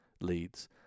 leads